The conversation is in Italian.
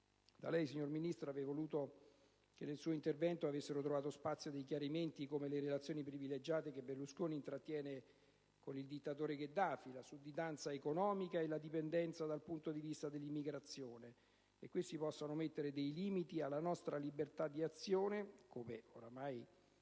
Italia. Signor Ministro, avrei voluto che nel suo intervento avessero trovato spazio dei chiarimenti sulle relazioni privilegiate che Berlusconi intrattiene con il dittatore Gheddafi, sulla sudditanza economica e la dipendenza dal punto di vista dell'immigrazione. E qui si possono mettere dei limiti alla nostra libertà di azione, preoccupazione